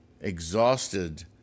exhausted